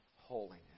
holiness